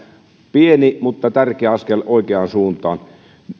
pieni mutta tärkeä askel oikeaan suuntaan